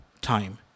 time